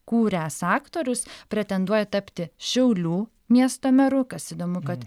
kūręs aktorius pretenduoja tapti šiaulių miesto meru kas įdomu kad